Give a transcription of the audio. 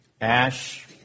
Ash